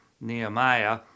Nehemiah